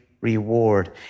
reward